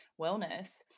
wellness